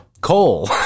coal